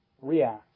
react